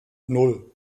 nan